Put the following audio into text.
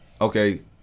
okay